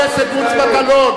חבר הכנסת מוץ מטלון.